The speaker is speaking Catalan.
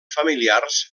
familiars